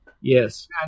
Yes